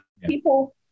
people